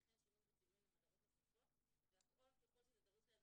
וכן שימוש בצילומים למטרות נוספות והכל ככל שזה דרוש להם